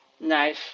Nice